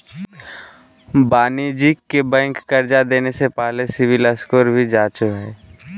वाणिज्यिक बैंक कर्जा देने से पहले सिविल स्कोर भी जांचो हइ